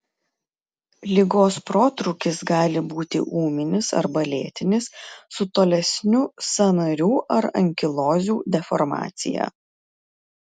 ligos protrūkis gali būti ūminis arba lėtinis su tolesniu sąnarių ar ankilozių deformacija